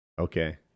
Okay